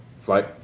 flight